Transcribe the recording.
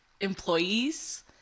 employees